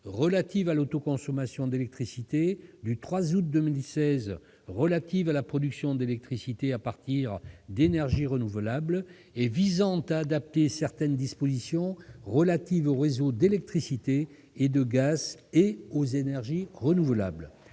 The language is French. relative à l'autoconsommation d'électricité et n° 2016-1059 du 3 août 2016 relative à la production d'électricité à partir d'énergies renouvelables et visant à adapter certaines dispositions relatives aux réseaux d'électricité et de gaz et aux énergies renouvelables.